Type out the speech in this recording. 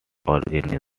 organisms